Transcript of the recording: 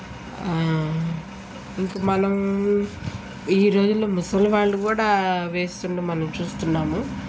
ఇంకా మనం ఈ రోజుల్లో ముసలి వాళ్ళు కూడా వేస్తుండడం మనం చూస్తున్నాము